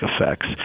effects